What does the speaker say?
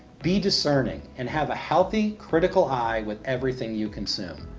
be discerning and have a healthy critical eye with everything you consume.